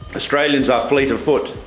australians are fleet of foot,